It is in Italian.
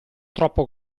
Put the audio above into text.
troppo